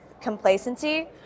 complacency